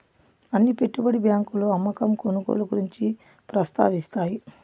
అన్ని పెట్టుబడి బ్యాంకులు అమ్మకం కొనుగోలు గురించి ప్రస్తావిస్తాయి